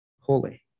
holy